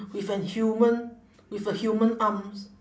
with a human with a human arms